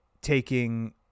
taking